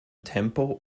tempo